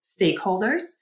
stakeholders